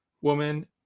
woman